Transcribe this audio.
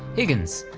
higgins,